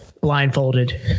Blindfolded